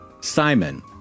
Simon